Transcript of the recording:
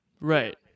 Right